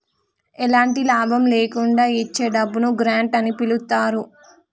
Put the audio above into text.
ఎలాంటి లాభం లేకుండా ఇచ్చే డబ్బును గ్రాంట్ అని పిలుత్తారు